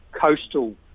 coastal